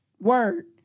Word